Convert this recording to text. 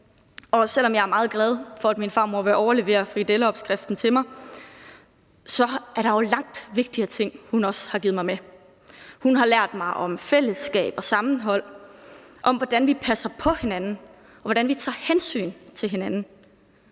og selv om jeg er meget glad for, at min farmor vil overlevere frikadelleopskriften til mig, er der jo langt vigtigere ting, som hun også har givet mig med. Hun har lært mig om fællesskab og sammenhold, hvordan vi passer på hinanden, og hvordan vi tager hensyn til hinanden.